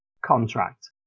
contract